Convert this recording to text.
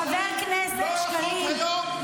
--- חבר כנסת שקלים,